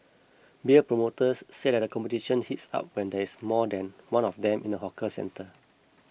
beer promoters say that the competition heats up when there is more than one of them in the hawker centre